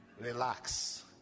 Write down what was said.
Relax